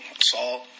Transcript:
Assault